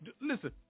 listen